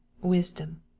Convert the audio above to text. wisdom